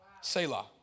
Selah